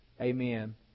Amen